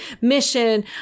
mission